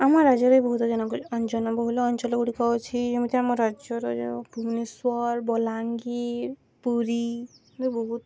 ଆମ ରାଜ୍ୟରେ ବହୁତ ଜନ ଜନବହୁଳ ଅଞ୍ଚଳ ଗୁଡ଼ିକ ଅଛି ଯେମିତି ଆମ ରାଜ୍ୟର ଭୁବନେଶ୍ୱର ବଲାଙ୍ଗୀର ପୁରୀ ବହୁତ